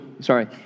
sorry